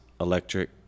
electric